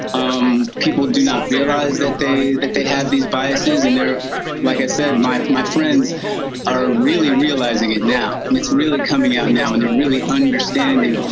um people do not realize that they that they have these biases. and like i said, my my friends are really realizing it now. and it's really coming out now. and they're really understanding